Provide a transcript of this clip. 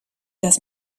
dass